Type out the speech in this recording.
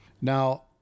Now